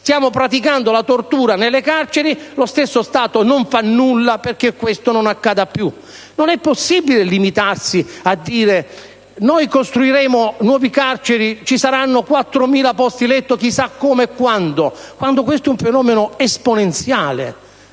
sta praticando la tortura nelle carceri non fa nulla perché questo non accada più. Non è possibile limitarsi a dire che verranno costruite nuove carceri, che ci saranno 4.000 posti letto chissà come e quando, perché questo è un fenomeno esponenziale.